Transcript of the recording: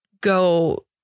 go